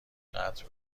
قطع